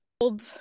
old